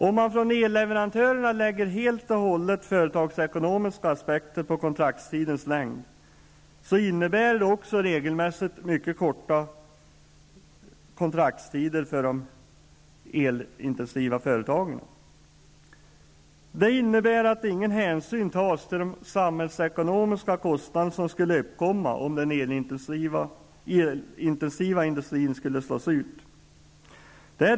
Om man från elleverantörerna lägger rent företagsekonomiska aspekter på kontraktstidens längd innebär det regelmässigt mycket korta kontraktstider för de elintensiva företagen. Detta innebär att ingen hänsyn tas till de enorma samhällsekonomiska kostnader som skulle uppkomma om den elintensiva industrin slogs ut.